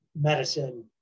Medicine